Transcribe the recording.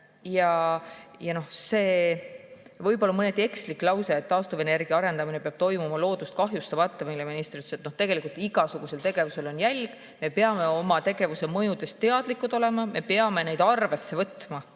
See võis olla mõneti ekslik lause, et taastuvenergia arendamine peab toimuma loodust kahjustamata, mida minister ütles. Tegelikult on igasugusel tegevusel jälg, me peame oma tegevuse mõjudest teadlikud olema, me peame neid arvesse võtma.